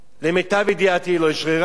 למיטב ידיעתי לא אשררה.